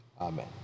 Amen